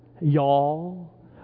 Y'all